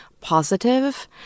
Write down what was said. positive